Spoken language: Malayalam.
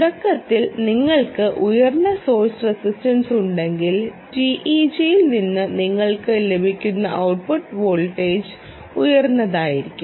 തുടക്കത്തിൽ നിങ്ങൾക്ക് ഉയർന്ന സോഴ്സ് റെസിസ്റ്റൻസ് ഉണ്ടെങ്കിൽ TEG ൽ നിന്ന് നിങ്ങൾക്ക് ലഭിക്കുന്ന ഔട്ട്പുട്ട് വോൾട്ടേജ് ഉയർന്നതായിരിക്കും